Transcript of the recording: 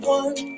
one